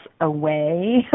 away